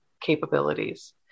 capabilities